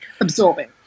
absorbing